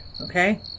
okay